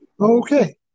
Okay